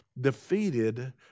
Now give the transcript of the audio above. defeated